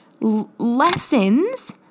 lessons